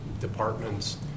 Departments